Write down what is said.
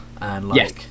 Yes